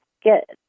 get